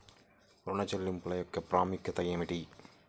ఋణ చెల్లింపుల యొక్క ప్రాముఖ్యత ఏమిటీ?